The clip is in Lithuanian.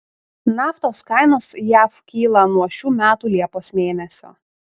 naftos kainos jav kyla nuo šių metų liepos mėnesio